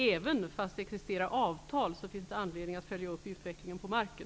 Även om det existerar avtal så finns det anledning att följa upp utvecklingen på marken.